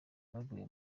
baguye